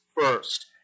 first